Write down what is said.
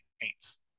paints